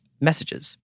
messages